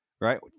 right